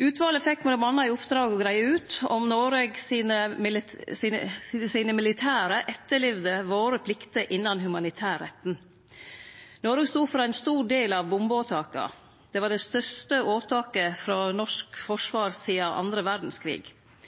Utvalet fekk m.a. i oppdrag å greie ut om Noregs militære styrkar etterlevde våre plikter innan humanitærretten. Noreg stod for ein stor del av bombeåtaka. Det var det største åtaket frå norsk forsvar sidan den andre